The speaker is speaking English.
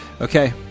Okay